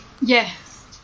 Yes